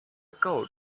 code